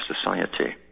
society